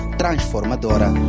transformadora